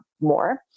more